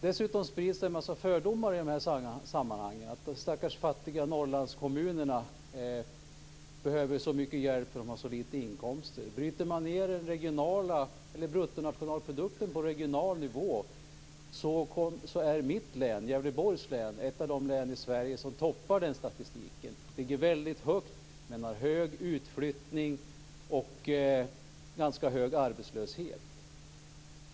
Dessutom sprids det en massa fördomar i de här sammanhangen; att de stackars fattiga Norrlandskommunerna behöver så mycket hjälp för att de har så lite inkomster. Bryter man ned bruttonationalprodukten på regional nivå är mitt län, Gävleborgs län, ett av de län i Sverige som toppar statistiken. Vi ligger väldigt högt, men vi har hög utflyttning och ganska hög arbetslöshet.